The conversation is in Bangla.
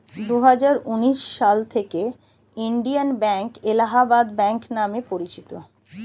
দুহাজার উনিশ সাল থেকে ইন্ডিয়ান ব্যাঙ্ক এলাহাবাদ ব্যাঙ্ক নাম পরিচিত